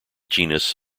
genus